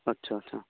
ਅੱਛਾ ਅੱਛਾ